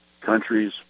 Countries